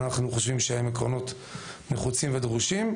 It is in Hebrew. אנחנו חושבים שהם עקרונות נחוצים ודרושים,